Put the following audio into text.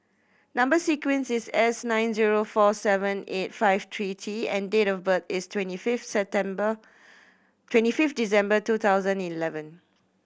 number sequence is S nine zero four seven eight five three T and date of birth is twenty fifth September twenty fifth December two thousand eleven